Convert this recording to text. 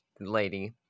lady